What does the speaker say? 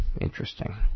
Interesting